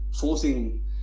forcing